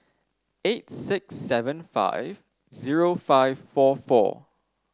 eight six seven five zero five four four